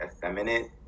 feminine